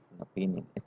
opinion